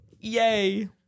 Yay